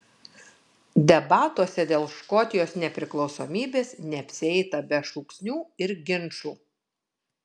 debatuose dėl škotijos nepriklausomybės neapsieita be šūksnių ir ginčų